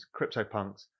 CryptoPunks